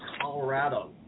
Colorado